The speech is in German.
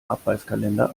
abreißkalender